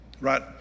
right